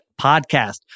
podcast